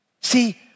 See